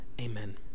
Amen